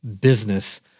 business